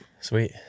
Sweet